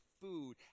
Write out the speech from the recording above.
food